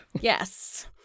yes